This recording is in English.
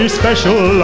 special